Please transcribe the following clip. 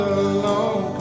alone